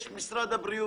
יש משרד הבריאות,